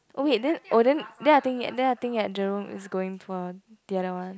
oh wait then oh then then I think then I think that Jerome is going for the other one